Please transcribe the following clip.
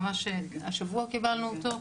ממש השבוע קיבלנו אותו.